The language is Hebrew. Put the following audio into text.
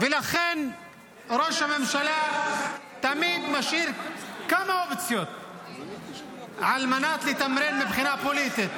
ולכן ראש הממשלה תמיד משאיר כמה אופציות על מנת לתמרן מבחינה פוליטית.